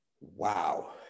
Wow